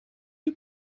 you